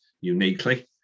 uniquely